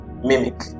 mimic